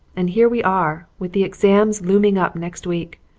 and here we are, with the exams looming up next week.